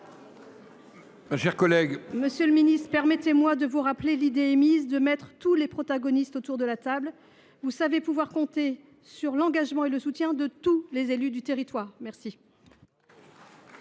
Monsieur le Ministre, permettez-moi de vous rappeler l'idée émise de mettre tous les protagonistes autour de la table. Vous savez pouvoir compter sur l'engagement et le soutien de tous les élus du territoire. Merci.